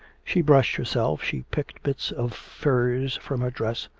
she brushed herself, she picked bits of furze from her dress.